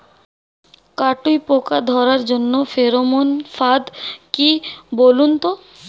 কাটুই পোকা ধরার জন্য ফেরোমন ফাদ কি বলুন তো?